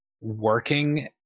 working